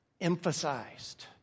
emphasized